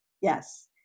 Yes